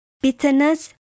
Bitterness